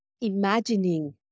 imagining